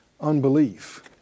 unbelief